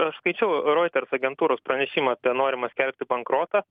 skaičiau reuters agentūros pranešimą apie norimą skelbti bankrotą